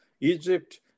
Egypt